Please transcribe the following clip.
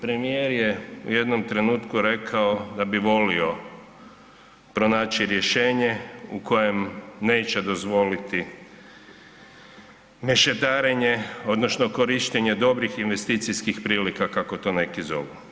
Premijer je u jednom trenutku rekao da bi volio pronaći rješenje u kojem neće dozvoliti mešetarenje odnosno korištenje dobrih investicijskih prilika kako to neki zovu.